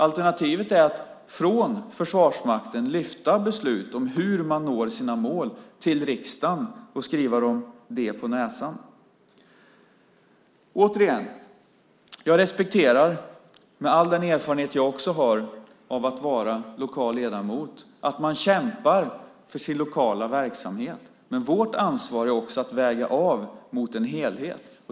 Alternativet är att från Försvarsmakten lyfta upp beslut om hur man når sina mål till riksdagen och skriva dem det på näsan. Återigen: Med all den erfarenhet också jag har av att vara lokal ledamot respekterar jag att man kämpar för sin lokala verksamhet. Men vårt ansvar är också att väga av mot en helhet.